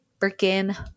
freaking